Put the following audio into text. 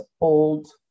old